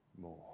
more